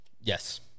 Yes